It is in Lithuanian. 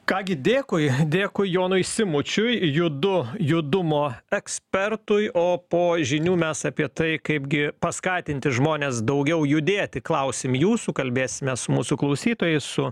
ką gi dėkui dėkui jonui simučiui judu judumo ekspertui o po žinių mes apie tai kaipgi paskatinti žmones daugiau judėti klausim jūsų kalbėsimės su mūsų klausytojai su